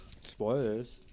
Spoilers